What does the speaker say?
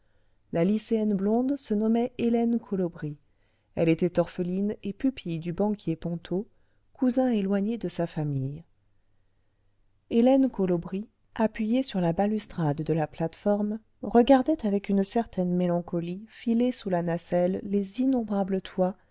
la lycéenne blonde se nommait hélène colobry elle était orpheline et pupille du banquier ponto cousin éloigné de sa famille hélène colobry appuyée sur la balustrade de la plate-forme regardait avec une certaine mélancolie filer sous la nacelle les innombrables toits